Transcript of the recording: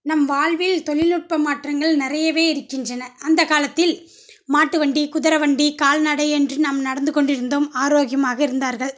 நம் வாழ்வில் தொழில்நுட்ப மாற்றங்கள் நிறையவே இருக்கின்றன அந்த காலத்தில் மாட்டு வண்டி குதிர வண்டி கால்நடை என்று நாம் நடந்து கொண்டிருந்தோம் ஆரோக்கியமாக இருந்தார்கள்